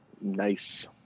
nice